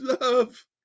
love